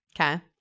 Okay